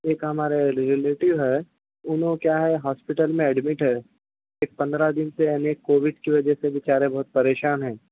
ایک ہمارے ریلیٹیو ہے انھوں کیا ہے ہاسپیٹل میں ایڈمٹ ہے ایک پندرہ دن سے اینے کووڈ کی وجہ سے بےچارے بہت پریشان ہیں